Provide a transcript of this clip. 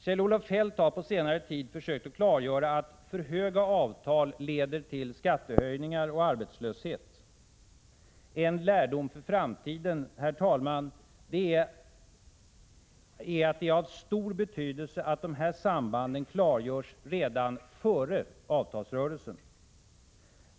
Kjell-Olof Feldt har på senare tid sökt klargöra att för höga avtal leder till t.ex. skattehöjningar och arbetslöshet. En lärdom för framtiden är, herr talman, att det är av stor betydelse att dessa samband klargörs redan före en avtalsrörelse.